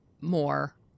more